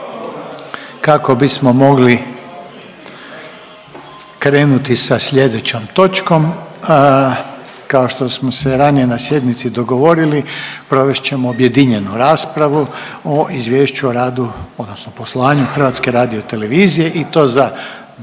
kako bismo mogli krenuti sa slijedećom točkom, kao što smo se ranije na sjednici dogovorili provest ćemo objedinjenu raspravu o Izvješću o radu odnosno poslovanju HRT-a i to za 2019.,